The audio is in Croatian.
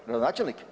Gradonačelnik?